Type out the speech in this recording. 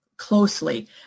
closely